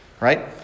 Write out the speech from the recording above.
right